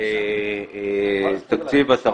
תקציב התרבות,